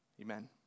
Amen